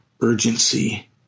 urgency